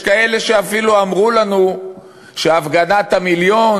יש כאלה שאפילו אמרו לנו שהפגנת המיליון,